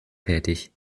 tätig